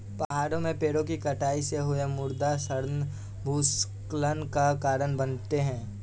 पहाड़ों में पेड़ों कि कटाई से हुए मृदा क्षरण भूस्खलन का कारण बनते हैं